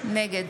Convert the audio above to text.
נגד